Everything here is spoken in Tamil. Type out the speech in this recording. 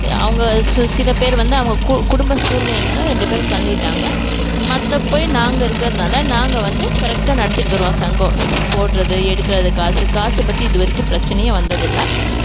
அவங்க சு சில பேர் வந்து அவங்க கு குடும்ப சூழ்நிலைனால ரெண்டு பேர் கழண்டிட்டாங்க மற்றப் போய் நாங்கள் இருக்கிறதுனால நாங்கள் வந்து கரெக்டாக நடத்திட்டு வரோம் சங்கம் போடுறது எடுக்கிறது காசு காசை பற்றி இது வரைக்கும் பிரச்சினையே வந்ததில்லை